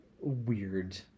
weird